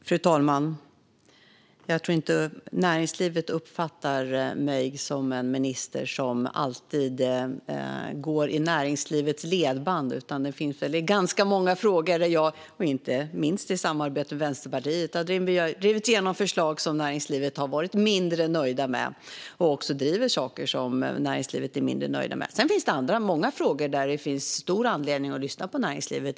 Fru talman! Jag tror inte att näringslivet uppfattar mig som en minister som alltid går i näringslivets ledband, utan det finns ganska många frågor där jag - inte minst i samarbete med Vänsterpartiet - har drivit igenom förslag som man inom näringslivet har varit mindre nöjd med. Jag driver också saker som de är mindre nöjda med. Sedan finns det många frågor där det finns stor anledning att lyssna på näringslivet.